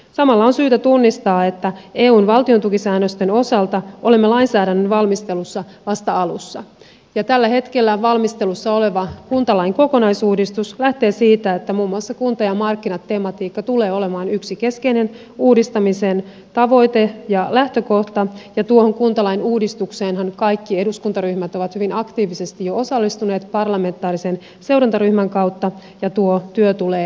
samalla on syytä tunnistaa että eun valtiontukisäännösten osalta olemme lainsäädännön valmistelussa vasta alussa ja tällä hetkellä valmistelussa oleva kuntalain kokonaisuudistus lähtee siitä että muun muassa kunta ja markkinat tematiikka tulee olemaan yksi keskeinen uudistamisen tavoite ja lähtökohta ja tuohon kuntalain uudistukseenhan kaikki eduskuntaryhmät ovat hyvin aktiivisesti jo osallistuneet parlamentaarisen seurantaryhmän kautta ja tuo työ tulee edelleen jatkumaan